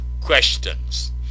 questions